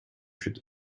should